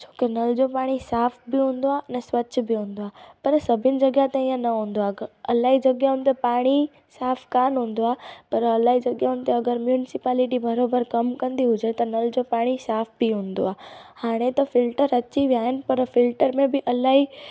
छोकी नल जो पाणी साफ़ बि हूंदो आहे अने स्वच्छ बि हूंदो आहे पर सभिनि जॻहि ते इहे न हूंदो आहे इलाही जॻहियुनि ते पाणी साफ़ु कोन हूंदो आहे पर इलाही जॻहियुनि ते अगरि मुंसीपालिटी बराबरि कमु कंदी हुजे त नल जो पाणी साफ़ बि हूंदो आहे हाणे त फिल्टर अची विया आहिनि पर फिल्टर में बि इलाही